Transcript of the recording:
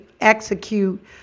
execute